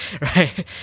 right